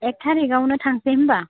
एक थारिकावनो थांसै होनबा